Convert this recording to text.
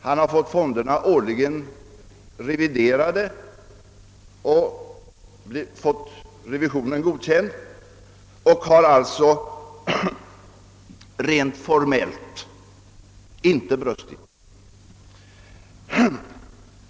Han har fått fonderna reviderade varje år. Överbefälhavaren har alltså rent formellt inte brustit mot några bestämmelser.